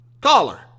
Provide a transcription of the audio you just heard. caller